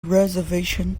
reservation